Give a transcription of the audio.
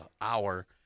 hour